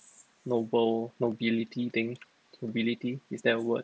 noble nobility thing nobility is that a word